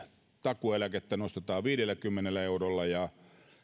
takuueläkettä nostetaan viidelläkymmenellä eurolla ja